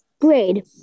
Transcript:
grade